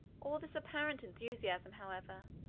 all this apparent enthusiasm, however,